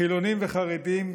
חילונים וחרדים,